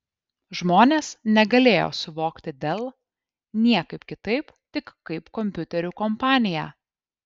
žmonės negalėjo suvokti dell niekaip kitaip tik kaip kompiuterių kompaniją